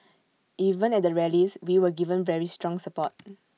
even at the rallies we were given very strong support